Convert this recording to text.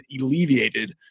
alleviated